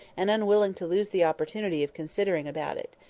and unwilling to lose the opportunity of considering about it.